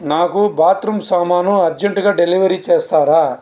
నాకు బాత్రూమ్ సామాను అర్జెంటుగా డెలివరీ చేస్తారా